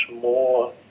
more